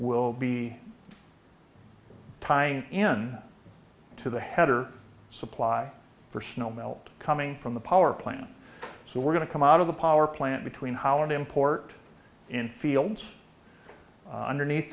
we'll be tying in to the heter supply for snow melt coming from the power plant so we're going to come out of the power plant between holland import in fields underneath